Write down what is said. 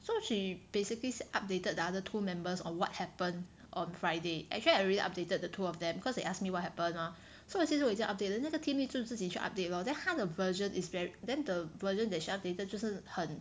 so she basically she updated the other two members on what happened on Friday actually I already updated the two of them because they ask me what happen mah so 其实我已经 update then 那个 team lead 就自己去 update lor then 他的 version is very then the version that she updated 就是很